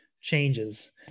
changes